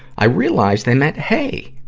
i realized they meant, hey!